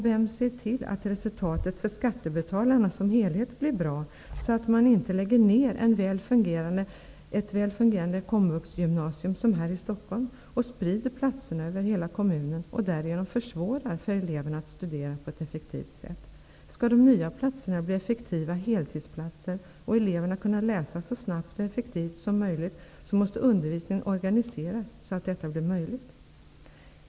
Vem ser till att resultatet som helhet blir bra för skattebetalarna, så att inte ett väl fungerande komvuxgymnasium som det i Stockholm läggs ner för att sprida platserna över hela kommunen? Därigenom försvåras möjligheten för eleverna att studera på ett effektivt sätt. Om de nya platserna skall bli effektiva heltidsplatser och eleverna kunna läsa så snabbt och effektivt som möjligt, måste undervisningen organiseras så att det blir möjligt.